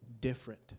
different